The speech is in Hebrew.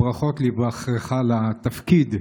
ברכות על היבחרך לתפקיד.